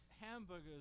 hamburgers